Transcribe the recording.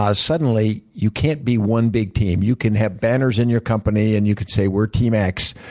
ah suddenly, you can't be one big team. you can have banners in your company, and you can say we're team x,